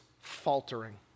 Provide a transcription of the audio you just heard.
faltering